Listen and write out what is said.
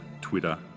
Twitter